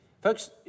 Folks